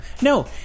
No